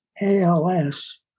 ALS